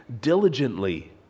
diligently